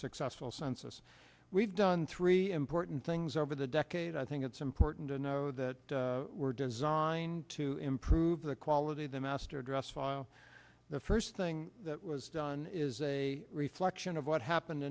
successful census we've done three important things over the decade i think it's important to know that we're designed to improve the quality the master address file the first thing that was done is a reflection of what happened